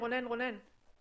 רונן, רונן, רונן.